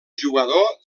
jugador